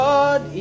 God